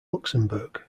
luxemburg